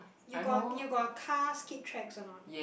you got you got car skid tracks or not